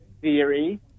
theory